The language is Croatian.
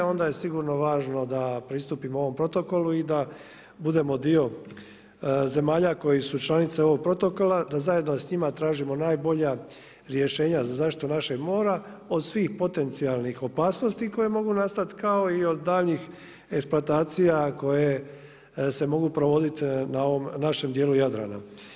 Onda je sigurno važno da pristupimo ovom protokolu i da budemo dio zemalja koji su članice ovog protokola, da zajedno sa njima tražimo najbolja rješenja za zaštitu našeg mora od svih potencijalnih opasnosti koje mogu nastati kao i od daljnjih eksploatacija koje se mogu provodit na ovom našem dijelu Jadrana.